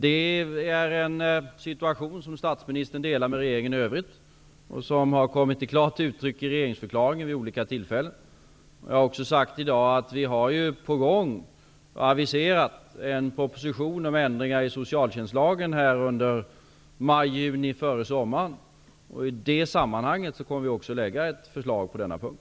Det är en situation som statsministern delar med regeringen i övrigt, vilket klart har uttryckts i regeringsförklaringen. Jag har i dag sagt att vi har aviserat en proposition om ändringar i socialtjänstlagen under maj--juni, före sommaren, och i det sammanhanget kommer vi att lägga fram ett förslag på denna punkt.